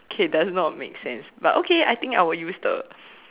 okay does not make sense but okay I think I would use the